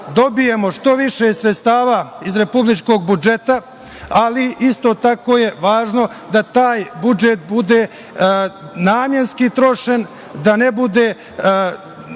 dobijemo što više sredstava iz republičkog budžeta, ali isto tako je važno da taj budžet bude namenski trošen, da ne bude